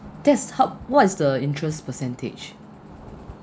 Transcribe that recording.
that's hel~ what is the interest percentage